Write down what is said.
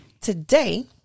Today